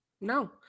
no